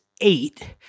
eight